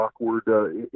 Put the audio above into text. awkward